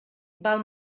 val